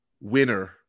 winner